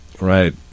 Right